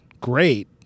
great